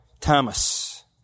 Thomas